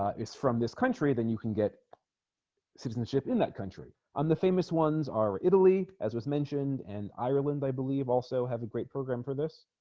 is from this country then you can get citizenship in that country i'm the famous ones are italy as was mentioned and ireland i believe also have a great program for this